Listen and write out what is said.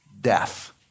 death